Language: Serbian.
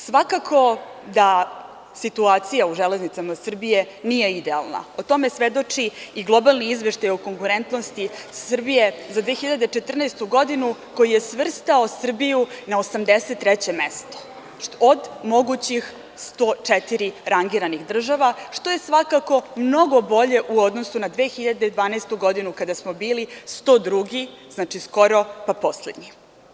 Svakako da situacija u železnicama Srbije nije idealna, o tome svedoči iglobalni izveštaj o konkurentnosti Srbije za 2014. godinu, koji je svrstao Srbiju na 83. mesto od mogućih 104. rangiranih država, što je svakako mnogo bolje u odnosu na 2012. godinu, kada smo bili 102, znači skoro, pa poslednji.